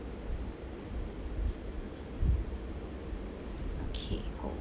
okay hold